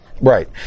right